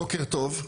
בוקר טוב.